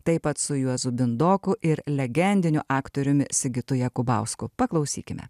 taip pat su juozu bindoku ir legendiniu aktoriumi sigitu jakubausku paklausykime